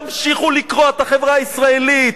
תמשיכו לקרוע את החברה הישראלית,